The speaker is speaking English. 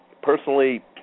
Personally